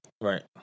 Right